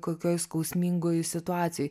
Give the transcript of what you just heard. kokioj skausmingoj situacijoj